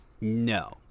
No